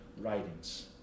writings